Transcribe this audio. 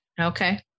Okay